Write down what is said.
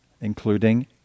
including